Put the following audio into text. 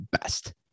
best